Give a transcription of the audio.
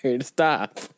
Stop